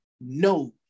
No